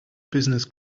business